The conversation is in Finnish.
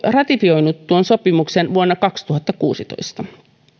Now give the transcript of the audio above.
ratifioinut tuon sopimuksen vuonna kaksituhattakuusitoista